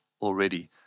already